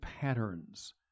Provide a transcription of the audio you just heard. patterns